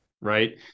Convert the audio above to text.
right